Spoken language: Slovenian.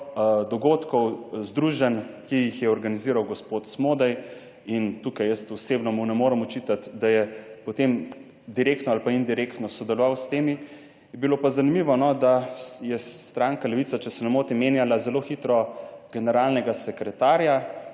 (Nadaljevanje) ki jih je organiziral gospod Smodej in tukaj jaz osebno mu ne morem očitati, da je potem direktno ali indirektno sodeloval s temi, je bilo pa zanimivo, da je stranka Levica, če se ne motim, menjala zelo hitro generalnega sekretarja,